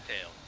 tail